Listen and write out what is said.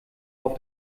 auf